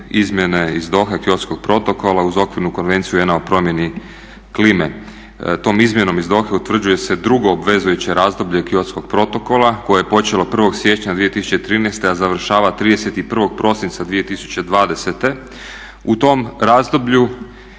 izmjene iz Dohe Kyotskog protokola uz Okvirnu konvenciju Ujedinjenih naroda o promjeni klime. Tom izmjenom iz Dohe utvrđuje se drugo obvezujuće razdoblje Kyotskog protokola koje je počelo 1.siječnja 2013., a završava 31.prosinca 2020. U tom razdoblju